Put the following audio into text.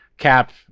cap